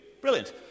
Brilliant